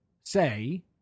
say